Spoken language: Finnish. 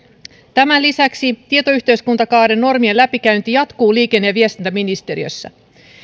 tämän lisäksi tietoyhteiskuntakaaren normien läpikäynti jatkuu liikenne ja viestintäministeriössä myös